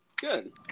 good